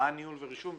רע" ניהול ורישום,